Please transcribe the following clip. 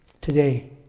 today